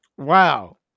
Wow